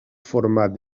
format